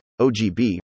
OGB